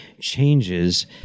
changes